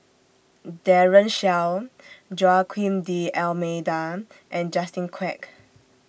Daren Shiau Joaquim D'almeida and Justin Quek